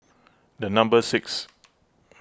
the number six